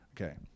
Okay